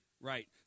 Right